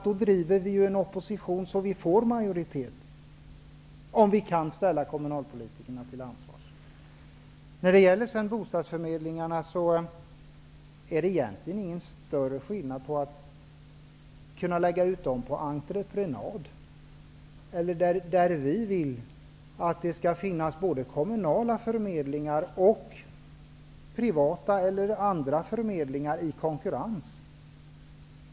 Då driver vi en opposition så att vi får majoritet, om vi kan ställa kommunalpolitikerna till svars. Vi vill att det skall finnas både kommunala bostadsförmedlingar och privata eller andra förmedlingar i konkurrens.